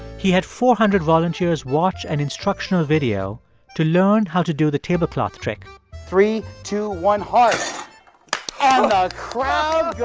he had four hundred volunteers watch an instructional video to learn how to do the tablecloth trick three, two, one, hard and the crowd